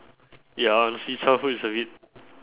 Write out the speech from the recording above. ya honestly childhood is a bit